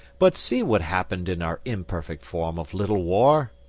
but see what happened in our imperfect form of little war!